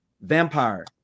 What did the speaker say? Vampire